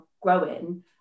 growing